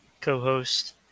co-host